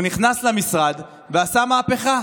הוא נכנס למשרד ועשה מהפכה.